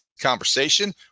conversation